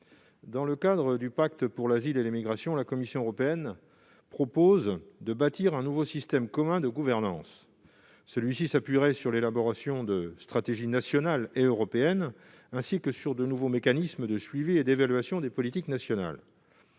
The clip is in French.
dans le cadre du pacte européen pour l'asile et les migrations, la Commission européenne propose de bâtir un nouveau système commun de gouvernance. Celui-ci s'appuierait sur l'élaboration de stratégies nationales et européennes, ainsi que sur de nouveaux mécanismes de suivi et d'évaluation des politiques nationales.